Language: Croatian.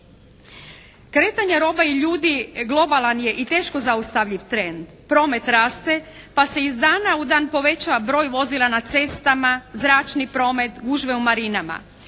Kretanja roba i ljudi globalan je i teško zaustavljiv trend. Promet raste pa se iz dan u dan povećava broj vozila na cestama, zračni promet, gužve u marinama.